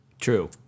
True